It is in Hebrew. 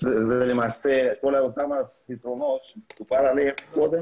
אלה למעשה כל אותם פתרונות שדובר עליהם קודם